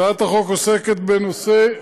הצעת החוק עוסקת בנושא,